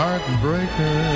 Heartbreaker